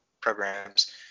programs